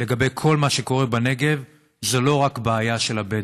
לגבי כל מה שקורה בנגב זו לא רק בעיה של הבדואים,